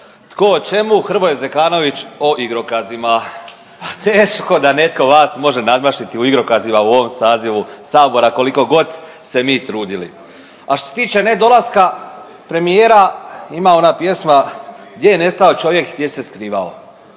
Tko o čemu, Hrvoje Zekanović o igrokazima. Teško da netko vas može nadmašiti u igrokazima u ovom sazivu sabora koliko god se mi trudili. A što se tiče nedolaska premijera ima ona pjesma gdje je nestao čovjek, gdje se skrivao.